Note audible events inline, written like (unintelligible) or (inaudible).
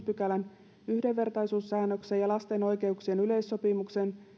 (unintelligible) pykälän yhdenvertaisuussäännöksen ja lasten oikeuksien yleissopimuksen